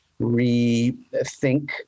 rethink